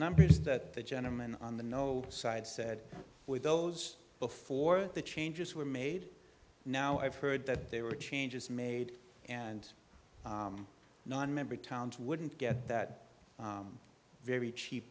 number is that the gentleman on the no side said with those before the changes were made now i've heard that there were changes made and non member towns wouldn't get that very cheap